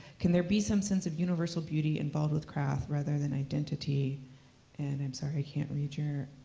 can there be some sense of universal beauty involved with craft rather than identity and, i'm sorry, i can't read your.